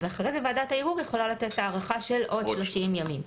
ואחרי זה ועדת הערעור יכולה לתת הארכה של עוד 30 ימים.